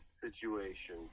situation